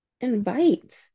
invite